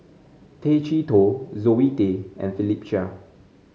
Tay Chee Toh Zoe Tay and Philip Chia